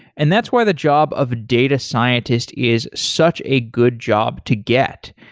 and that's why the job of data scientist is such a good job to get.